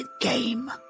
game